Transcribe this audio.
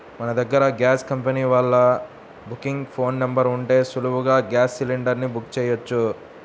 మన దగ్గర gas company వాళ్ళ బుకింగ్ ఫోన్ నెంబర్ ఉంటే సులువుగా గ్యాస్ సిలిండర్ ని బుక్ చెయ్యొచ్చు